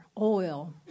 Oil